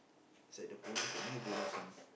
is like the bonus got new bonus one